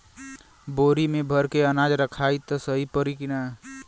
बोरी में भर के अनाज रखायी त सही परी की ना?